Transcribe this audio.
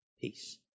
Peace